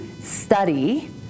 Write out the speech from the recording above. study